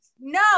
no